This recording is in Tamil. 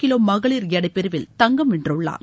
கிலோ மகளிர் எடைப் பிரிவில் தங்கம் வென்றுள்ளார்